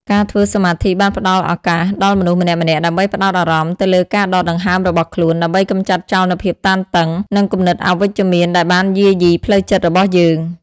ការធ្វើសមាធិបានផ្តល់ឱកាសដល់មនុស្សម្នាក់ៗដើម្បីផ្ដោតអារម្មណ៍ទៅលើការដកដង្ហើមរបស់ខ្លួន ដើម្បីកម្ចាត់ចោលនូវភាពតានតឹង និងគំនិតអវិជ្ជមានដែលបានយាយីផ្លូវចិត្តរបស់យើង។